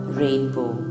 rainbow